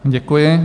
Děkuji.